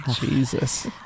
Jesus